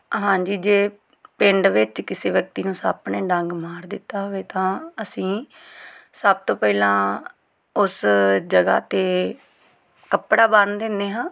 ਹਾਂਜੀ ਜੇ ਪਿੰਡ ਵਿੱਚ ਕਿਸੇ ਵਿਅਕਤੀ ਨੂੰ ਸੱਪ ਨੇ ਡੰਗ ਮਾਰ ਦਿੱਤਾ ਹੋਵੇ ਤਾਂ ਅਸੀਂ ਸਭ ਤੋਂ ਪਹਿਲਾਂ ਉਸ ਜਗ੍ਹਾ 'ਤੇ ਕੱਪੜਾ ਬੰਨ੍ਹ ਦਿੰਦੇ ਹਾਂ